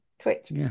twitch